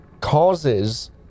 causes